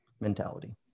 mentality